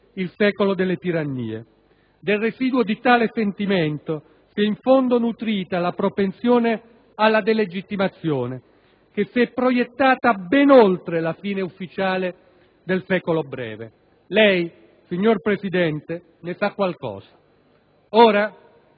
il secolo delle tirannie. Del residuo di tale sentimento si è in fondo nutrita la propensione alla delegittimazione che si è proiettata ben oltre la fine ufficiale del secolo breve. Lei, signor Presidente, ne sa qualcosa. Ora,